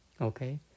Okay